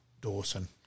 Dawson